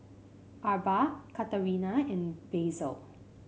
Arba Katerina and Basil